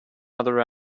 other